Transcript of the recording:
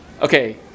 Okay